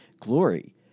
glory